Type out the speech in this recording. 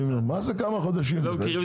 מה זה כמה חודשים?